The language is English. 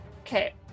Okay